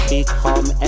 Become